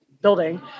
Building